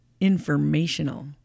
informational